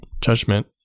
judgment